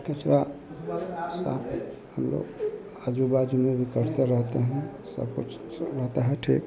कचरा साफ हम लोग आज़ू बाज़ू में भी करते रहते हैं सब कुछ सब रहता है ठीक